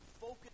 focus